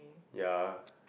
ya